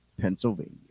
Pennsylvania